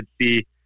see